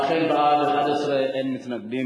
(פירוט תשלומים שנתי בעסקה מתמשכת),